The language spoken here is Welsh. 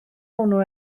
hwnnw